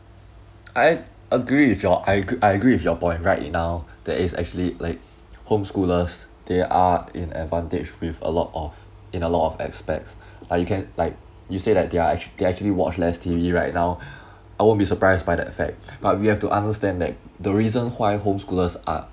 I agree with your I agr~ I agree with your point right now that is actually like home schoolers there are in advantage with a lot of in a lot of aspects like you can like you say that they are actu~ they actually watch less T_V right now I won't be surprised by that fact but we have to understand that the reason why home schoolers are